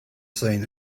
seen